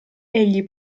egli